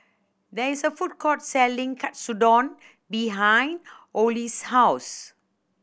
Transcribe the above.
there is a food court selling Katsudon behind Ole's house